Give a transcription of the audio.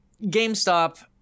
GameStop